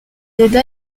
aida